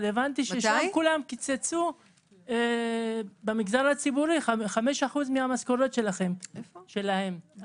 אבל הבנתי שכולם קיצצו במגזר הציבורי 5% מהמשכורות שלהם,